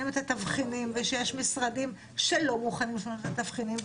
את התבחינים ושיש משרדים שלא מוכנים לשנות את התבחינים.